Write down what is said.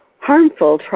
harmful